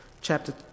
chapter